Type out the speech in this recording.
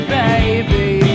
baby